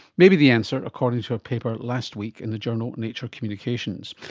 may be the answer, according to a paper last week in the journal nature communications.